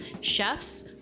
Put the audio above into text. chefs